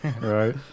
Right